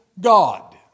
God